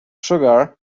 sugar